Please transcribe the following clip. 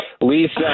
Lisa